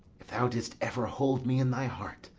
if thou didst ever hold me in thy heart,